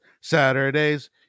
Saturdays